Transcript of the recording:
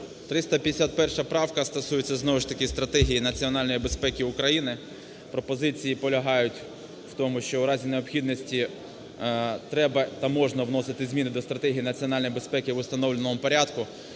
351 правка стосується знову ж таки Стратегії національної безпеки України. Пропозиції полягають у тому, що у разі необхідності треба та можна вносити зміни до Стратегії національної безпеки в установленому порядку.